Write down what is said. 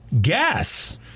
gas